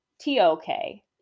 t-o-k